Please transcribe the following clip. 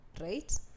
Right